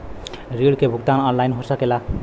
ऋण के भुगतान ऑनलाइन हो सकेला?